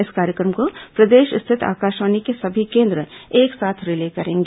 इस कार्यक्रम को प्रदेश स्थित आकाशवाणी के सभी केन्द्र एक साथ रिले करेंगे